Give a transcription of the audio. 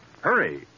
Hurry